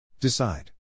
decide